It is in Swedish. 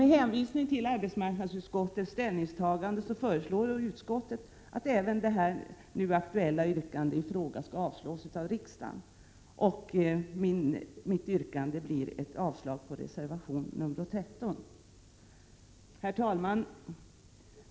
Med hänvisning till arbetsmarknadsutskottets ställningstagande föreslår utskottet att även det nu aktuella yrkandet i frågan avslås av riksdagen. Jag yrkar avslag på reservation nr 13. Herr talman!